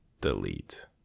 delete